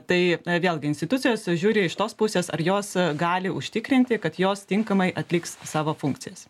tai vėlgi institucijose žiūri iš tos pusės ar jos gali užtikrinti kad jos tinkamai atliks savo funkcijas